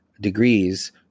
degrees